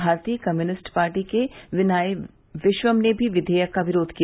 भारतीय communist party के बिनॉय विश्वम ने भी विधेयक का विरोध किया